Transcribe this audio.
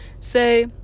say